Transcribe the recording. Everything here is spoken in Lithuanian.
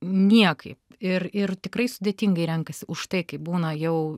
niekai ir ir tikrai sudėtingai renkasi užtai kai būna jau